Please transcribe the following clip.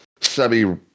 semi